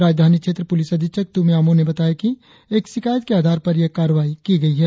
राजधानी क्षेत्र पुलिस अधीक्षक त्रम्मे आमो ने बताया कि एक शिकायत के आधार पर यह कार्रवाई की गई है